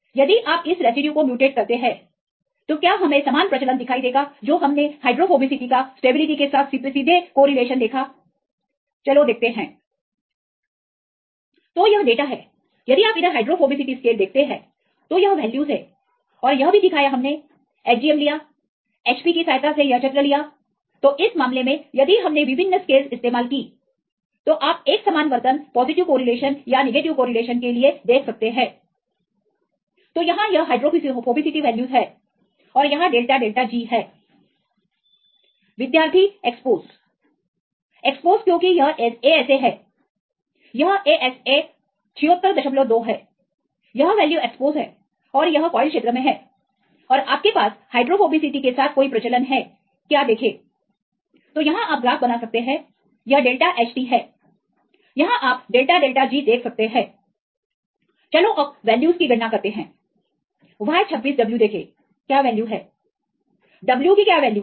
यदि आप इस रेसिड्यू को म्यूटेट करते हैं तो क्या हमें समान प्रचलन दिखाई देगा जो हमने हाइड्रोफोबिसिटी का स्टेबिलिटी के साथ सीधे कोरिलेशन देखा चलो देखते हैं तोयह डेटा है यदि आप इधर हाइड्रोफोबिसिटी स्केल देखते है तो यह वैल्यूज है और यह भी दिखाया हमने Hgm लिया Hpकी सहायता से यह चित्र लिया तो इस मामले में यदि हमने विभिन्न स्केलस्स इस्तेमाल की तो आप एक समान वर्तन पॉजिटिव कोरिलेशन या नेगेटिव कोरिलेशन के लिए देख सकते हैं तोयहां यह हाइड्रोफोबिसिटी वैल्यूज है और यहां डेल्टा डेल्टा G है विद्यार्थी एक्सपोज एक्सपोज क्योंकि यह ASA है यह ASA762 है यह वैल्यू एक्सपोज है और यह कॉइल क्षेत्र में है और आपके पास हाइड्रोफोबिसिटी के साथ कोई प्रचलन है क्या देखेंतो यहां आप ग्राफ बना सकते हैं यह डेल्टा Ht है यहां आप डेल्टा डेल्टा G देख सकते हैं चलो अब वैल्यूज की गणना करते हैंY26W देखें क्या वैल्यू है W की क्या वैल्यू है